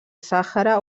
sàhara